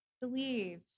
believe